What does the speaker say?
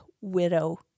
Widow